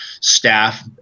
staff